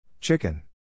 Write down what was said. Chicken